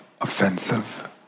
offensive